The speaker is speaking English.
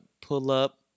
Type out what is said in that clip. pull-up